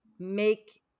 make